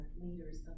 leaders